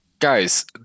Guys